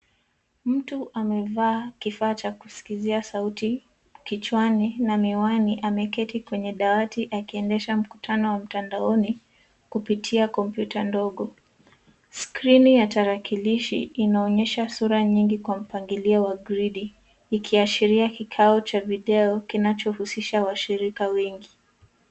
Mtu amevaa kifaa cha kusikizia sauti kichwani na miwani. Ameketi kwenye dawati akiendesha mkutano wa mtandaoni kupitia kompyuta ndogo. Skrini ya tarakilishi inaonyesha sura nyingi kwa mpangilio wa gridi ikiashiria kikao cha video kinachohusisha washirika wengi.